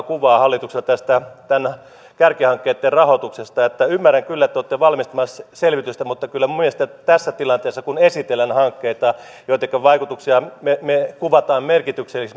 kuvaa hallitukselta näitten kärkihankkeitten rahoituksesta ymmärrän kyllä että te olette valmistelemassa selvitystä mutta kyllä minun mielestäni tässä tilanteessa kun esitellään hankkeita joittenka vaikutuksia me me kuvaamme merkityksellisiksi